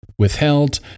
Withheld